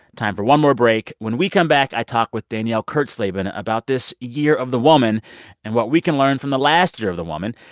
time for one more break. when we come back, i talk with danielle kurtzleben about this year of the woman and what we can learn from the last year of the woman,